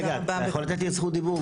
רגע, אתה יכול לתת לי זכות דיבור?